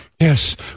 Yes